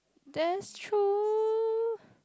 that's true